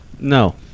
No